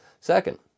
Second